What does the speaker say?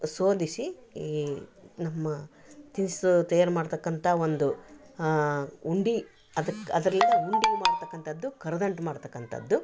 ಶೋಧಿಸಿ ಈ ನಮ್ಮ ತಿನಿಸು ತಯಾರು ಮಾಡ್ತಕ್ಕಂಥ ಒಂದು ಉಂಡೆ ಅದು ಅದ್ರಲ್ಲಿ ಉಂಡೆ ಮಾಡ್ತಕ್ಕಂಥದ್ದು ಕರದಂಟು ಮಾಡ್ತಕ್ಕಂಥದ್ದು